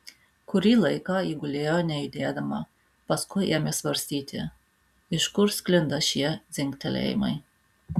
kurį laiką ji gulėjo nejudėdama paskui ėmė svarstyti iš kur sklinda šie dzingtelėjimai